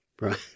Right